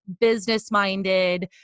business-minded